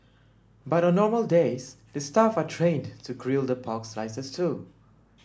but on normal days the staff are trained to grill the pork slices too